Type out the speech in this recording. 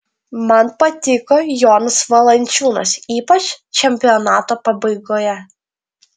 man patiko jonas valančiūnas ypač čempionato pabaigoje